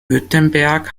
württemberg